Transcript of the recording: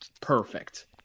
perfect